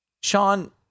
Sean